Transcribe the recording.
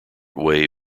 way